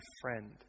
friend